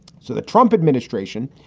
so the trump administration,